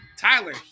Tyler